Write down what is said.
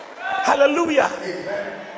hallelujah